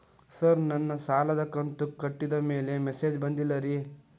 sir ನನ್ನ ಸಾಲದ ಕಂತು ಕಟ್ಟಿದಮೇಲೆ ಮೆಸೇಜ್ ಬಂದಿಲ್ಲ ರೇ